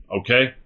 okay